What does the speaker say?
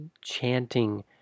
chanting